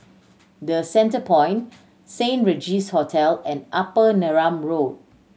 The Centrepoint Saint Regis Hotel and Upper Neram Road